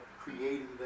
creating